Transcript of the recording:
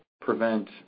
prevent